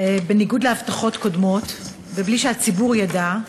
בניגוד להבטחות קודמות ובלי שהציבור ידע,